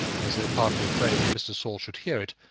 as though partly afraid that mr. saul should hear it,